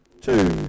Two